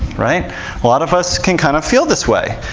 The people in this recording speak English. right? a lot of us can kind of feel this way.